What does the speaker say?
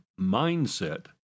mindset